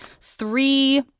three